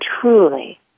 truly